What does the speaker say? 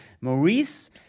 Maurice